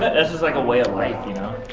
that's just like a way of life, you know?